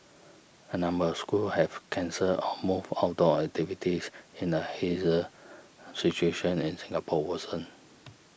a number of schools have cancelled or moved outdoor activities in the haze situation in Singapore worsens